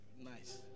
nice